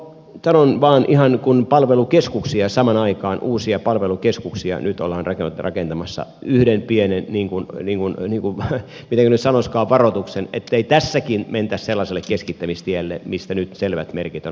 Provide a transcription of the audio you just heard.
sanon vain ihan kun palvelukeskuksia samaan aikaan uusia palvelukeskuksia nyt ollaan rakentamassa yhden pienen niin kuin miten nyt sanoisikaan varoituksen ettei tässäkin mentäisi sellaiselle keskittämistielle mistä nyt selvät merkit on olemassa